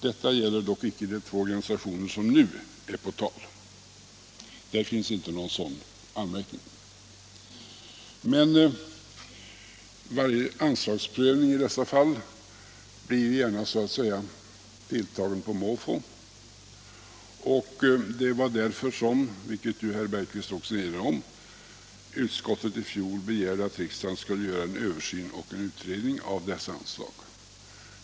Detta gäller dock icke de två organisationer som nu är på tal — där finns 83 inte någon sådan anmärkning. Men varje anslagsprövning i dessa fall blir så att säga tilltagen på måfå. Det var därför som utskottet i fjol, vilket ju herr Bergqvist också erinrade om, begärde en översyn och en utredning av dessa anslag.